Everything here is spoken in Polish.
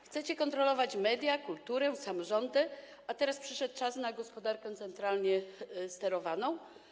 Chcecie kontrolować media, kulturę, samorządy, a teraz przyszedł czas na gospodarkę centralnie sterowaną.